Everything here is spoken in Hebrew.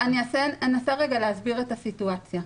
אני אנסה רגע להסביר את הסיטואציה.